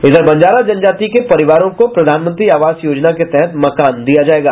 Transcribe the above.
इधर बंजारा जनजाति के परिवारों को प्रधानमंत्री आवास योजना के तहत मकान दिया जायेगा